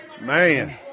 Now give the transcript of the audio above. Man